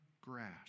grass